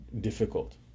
difficult